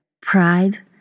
Pride